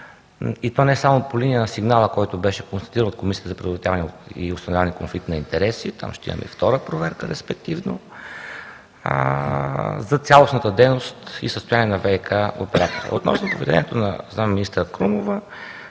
и то не само по линия на сигнала, който беше констатиран от Комисията за предотвратяване и установяване на конфликт на интереси – там ще имаме втора проверка респективно, за цялостната дейност и състояние на ВиК оператора. Относно поведението на зам.-министър Крумова